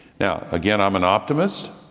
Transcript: now, again, i am an optimist.